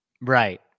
Right